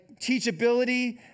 teachability